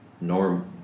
Norm